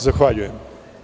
Zahvaljujem.